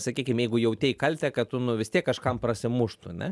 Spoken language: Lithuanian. sakykim jeigu jautei kaltę kad tu nu vis tiek kažkam prasimuštų ne